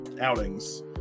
outings